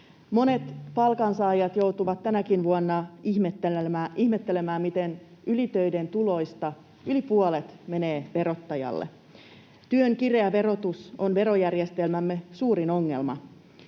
Monet palkansaajat joutuvat tänäkin vuonna ihmettelemään, miten ylitöiden tuloista yli puolet menee verottajalle. Työn kireä verotus on verojärjestelmämme suurin ongelma.